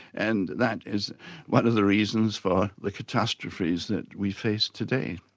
and that is one of the reasons for the catastrophes that we face today.